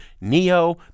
Neo